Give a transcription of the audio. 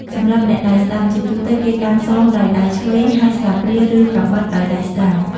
សម្រាប់អ្នកដៃស្តាំ ជាទូទៅ គេកាន់ សម ដោយដៃឆ្វេង ហើយ ស្លាបព្រា ឬ កាំបិត ដោយដៃស្តាំ។